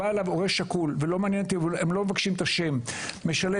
הם לא מבקשים את שמות